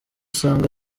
usanga